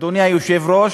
אדוני היושב-ראש,